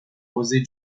rosés